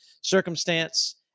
circumstance